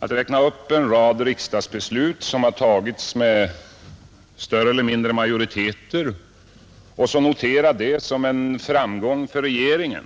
Att räkna upp en rad riksdagsbeslut som tagits med större eller mindre majoriteter och notera det som en framgång för regeringen